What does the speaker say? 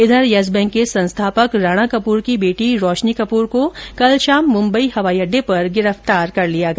इधर Yes Bank के संस्थापक राणा कपूर की बेटी रोशनी कपूर को कल शाम मुंबई हवाई अड्डे पर गिरफ्तार कर लिया गया